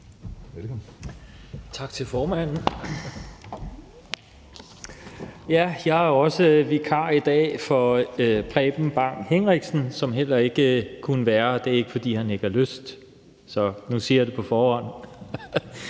Tak til formanden. Jeg er også vikar i dag, nemlig for Preben Bang Henriksen, som heller ikke kunne være her, og det er ikke, fordi han ikke har lyst. Nu siger jeg det på forhånd.